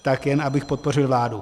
Tak jen abych podpořil vládu.